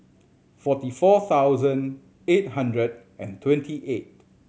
forty four thousand eight hundred and twenty eight